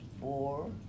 four